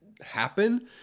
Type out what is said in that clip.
happen